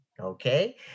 okay